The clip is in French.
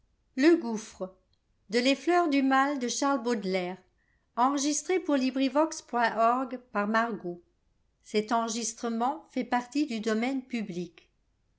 vo lontaire les fleurs du mal ne